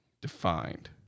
defined